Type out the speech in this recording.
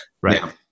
right